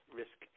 risk